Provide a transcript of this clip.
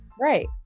Right